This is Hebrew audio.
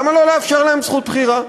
למה לא לאפשר להם זכות בחירה?